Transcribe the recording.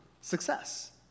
success